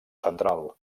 central